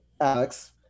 Alex